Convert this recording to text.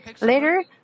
Later